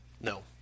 No